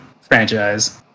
franchise